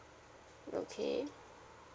okay